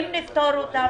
אם נפטור אותן,